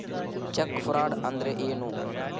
Check fraud ಅಂದ್ರ ಏನು?